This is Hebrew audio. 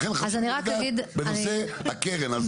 לכן חשוב לדעת בנושא הקרן.